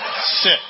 Sit